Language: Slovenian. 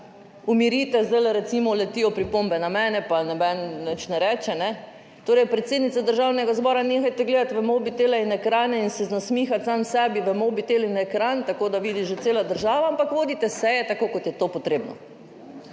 umirite – zdaj recimo letijo pripombe na mene – pa noben nič ne reče. Torej, predsednica Državnega zbora, nehajte gledati v mobitele in ekrane in se nasmihati sam sebi v mobitel in ekran tako, da vidi že cela država, ampak vodite seje tako, kot je to potrebno.